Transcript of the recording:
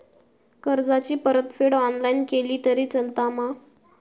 कर्जाची परतफेड ऑनलाइन केली तरी चलता मा?